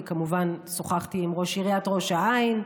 אני כמובן שוחחתי עם ראש עירית ראש העין,